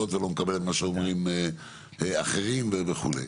ולא מקבל את מה שאומרים אחרים וכו'.